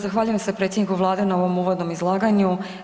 Zahvaljujem se predsjedniku vlade na ovom uvodnom izlaganju.